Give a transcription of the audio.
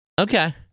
Okay